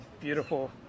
beautiful